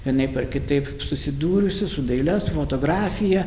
vienaip ar kitaip susidūrusių su dailės fotografija